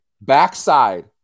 Backside